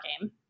game